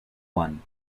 one